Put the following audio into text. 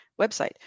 website